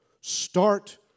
start